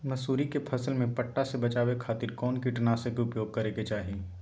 मसूरी के फसल में पट्टा से बचावे खातिर कौन कीटनाशक के उपयोग करे के चाही?